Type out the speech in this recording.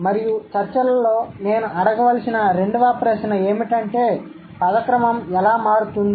మరియు చర్చలలో నేను అడగవల్సిన రెండవ ప్రశ్న ఏమిటంటే పద క్రమం ఎలా మారుతుంది